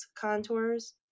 contours